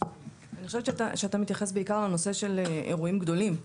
אני חושבת שאתה מתייחס בעיקר לנושא של אירועים גדולים.